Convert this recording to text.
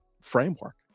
framework